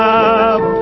up